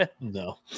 No